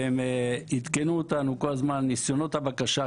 והן עדכנו אותנו כל הזמן לגבי ניסיונות הבקשה,